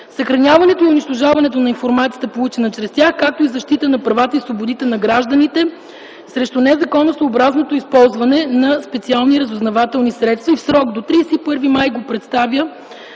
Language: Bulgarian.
съхраняването и унищожаването на информацията, получена чрез тях, както и защита на правата и свободите на гражданите срещу незаконосъобразното използване на специалните разузнавателни средства, и в срок до 31 май го представя